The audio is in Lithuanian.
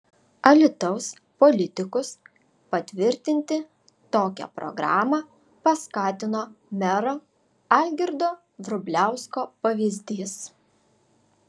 alytaus politikus patvirtinti tokią programą paskatino mero algirdo vrubliausko pavyzdys